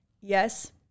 Yes